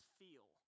feel